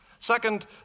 Second